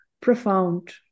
profound